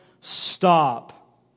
stop